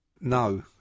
No